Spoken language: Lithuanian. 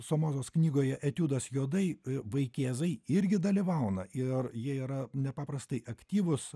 somozos knygoje etiudas juodai vaikėzai irgi dalyvauna ir jie yra nepaprastai aktyvūs